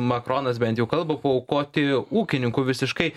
makronas bent jau kalba paaukoti ūkininkų visiškai